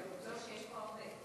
שיש פה הרבה.